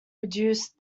reduce